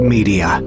Media